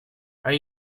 are